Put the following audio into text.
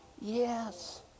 Yes